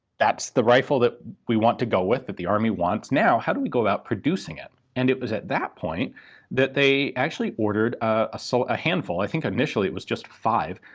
that's the rifle that we want to go with, that the army wants. now, how do we go about producing it? and it was at that point that they actually ordered a so handful i think ah initially it was just five,